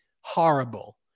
horrible